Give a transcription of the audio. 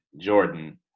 Jordan